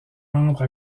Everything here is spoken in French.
membre